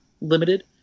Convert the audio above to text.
limited